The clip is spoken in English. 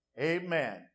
amen